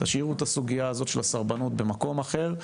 תשאירו את הסוגייה הזאת של הסרבנות במקום אחר,